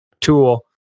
tool